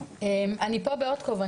אני פה בעוד כובע,